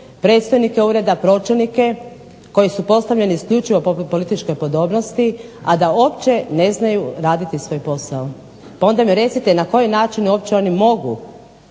predstojnike ureda, pročelnike koji su postavljeni isključivo po političkoj podobnosti, a da uopće ne znaju raditi svoj posao. Pa onda mi recite na koji način uopće oni mogu